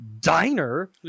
diner